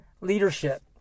leadership